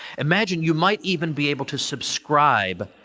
imagine you might even be able to subscribe